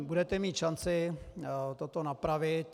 Budete mít šanci toto napravit.